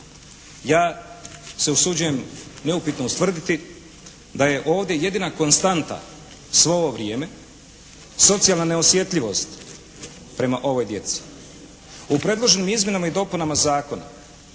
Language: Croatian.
ja se usuđujem neupitno ustvrditi da je ovdje jedina konstanta svo ovo vrijeme socijalna neosjetljivost prema ovoj djeci. U predloženim izmjenama i dopunama zakona,